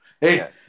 Hey